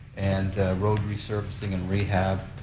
and road resurfacing and rehab,